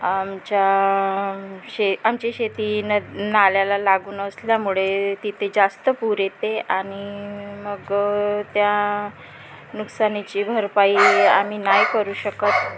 आमच्या शे आमची शेती न नाल्याला लागून असल्यामुळे तिथे जास्त पुर येते आणि मग त्या नुकसानीची भरपाई आम्ही नाही करू शकत